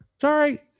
Sorry